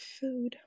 food